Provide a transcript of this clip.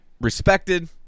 respected